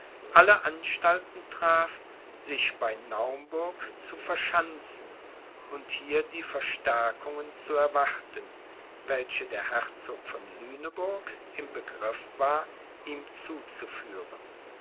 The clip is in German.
alle anstalten traf sich bei naumburg zu verschanzen und hier die verstärkungen zu erwarten welche der herzog von lüneburg im begriff war ihm zuzuführen